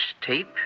tape